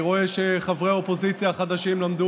אני רואה שחברי האופוזיציה החדשים למדו